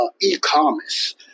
e-commerce